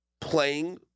playing